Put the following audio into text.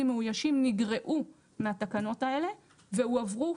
מאוישים נגרעו מהתקנות האלה והועברו,